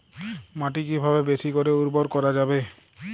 মাটি কিভাবে বেশী করে উর্বর করা যাবে?